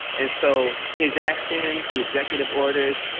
and so his actions, the executive orders,